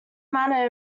manner